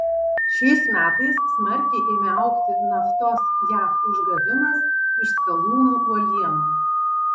šiais metais smarkiai ėmė augti naftos jav išgavimas iš skalūnų uolienų